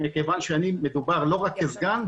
כי אני לא רק כסגן,